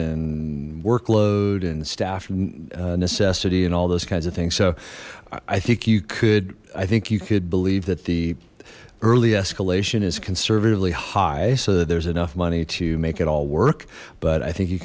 and workload and staff and necessity and all those kinds of things so i think you could i think you could believe that the early escalation is conservatively high so that there's enough money to make it all work but i think you